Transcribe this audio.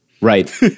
Right